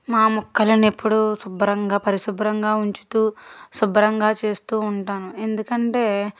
మా మొక్కలను ఎప్పుడూ శుభ్రంగా పరిశుభ్రంగా ఉంచుతూ శుభ్రంగా చేస్తూ ఉంటాను ఎందుకంటే